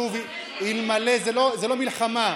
זאת לא מלחמה,